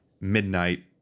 midnight